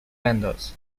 vendors